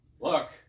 Look